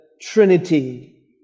Trinity